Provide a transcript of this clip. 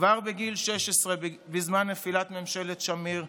כבר בגיל 16, בזמן נפילת ממשלת שמיר,